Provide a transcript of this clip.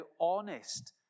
honest